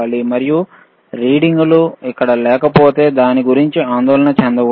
మరియు రీడింగులు ఇక్కడ లేకపోతే దాని గురించి ఆందోళన పడవద్దు